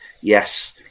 Yes